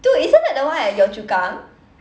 dude isn't that the one at yio chu kang